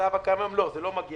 במצב הקיים היום לא.